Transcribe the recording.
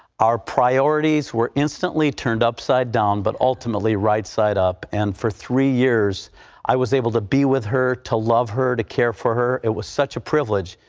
our priorities were instantly turned upside down but ultimately right side up and for three years i was able to be with her, to love her, care for her, it was such a privilege,